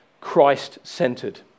Christ-centered